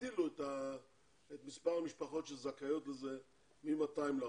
תגדילו את מספר המשפחות שזכאיות לזה מ-200 ל-400.